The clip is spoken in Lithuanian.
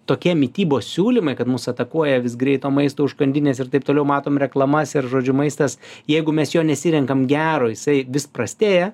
tokie mitybos siūlymai kad mus atakuoja vis greito maisto užkandinės ir taip toliau matom reklamas ir žodžiu maistas jeigu mes jo nesirenkam gero jisai vis prastėja